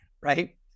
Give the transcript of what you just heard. right